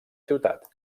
ciutat